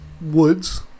woods